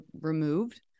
removed